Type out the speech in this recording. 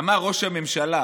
אמר ראש הממשלה: